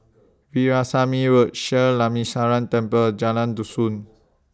Veerasamy Road sheer Lakshminarayanan Temple Jalan Dusun